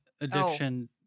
addiction